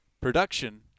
production